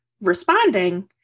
Responding